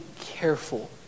careful